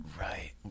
Right